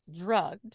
drugged